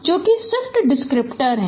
जो कि SIFT descriptor है